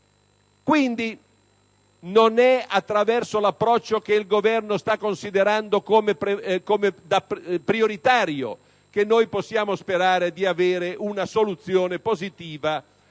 Quindi, non è attraverso l'approccio che il Governo sta considerando come prioritario che noi possiamo sperare di avere una soluzione positiva